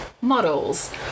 models